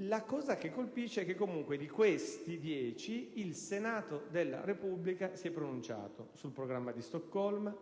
La cosa che colpisce di questi 10 documenti è che comunque il Senato della Repubblica si è pronunciato sul Programma di Stoccolma,